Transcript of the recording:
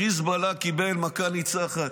חיזבאללה קיבל מכה ניצחת,